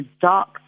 dark